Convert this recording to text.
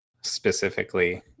specifically